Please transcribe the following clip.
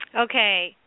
Okay